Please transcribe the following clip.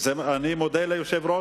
אני מודה ליושב-ראש.